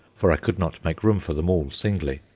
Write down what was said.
for i could not make room for them all singly.